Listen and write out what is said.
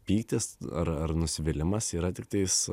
pyktis ar ar nusivylimas yra tiktais